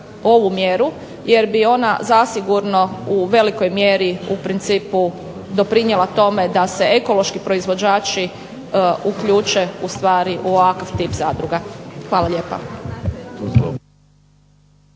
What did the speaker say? ovu mjer, jer bi ona zasigurno u velikoj mjeri u principu doprinijela tome da sa ekološki proizvođači ustvari u ovakav tip zadruga. Hvala lijepa.